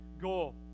goal